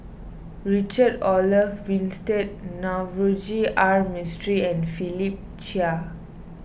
Richard Olaf Winstedt Navroji R Mistri and Philip Chia